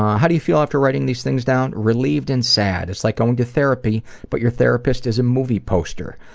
how do you feel after writing these things down? relived and sad. it's like going to therapy but your therapist is a movie poster.